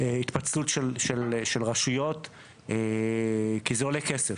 התפצלות של רשויות כי זה עולה כסף.